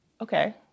okay